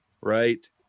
right